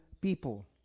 people